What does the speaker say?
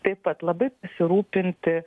taip pat labai pasirūpinti